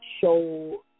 Show